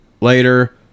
later